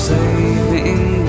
Saving